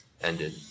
ended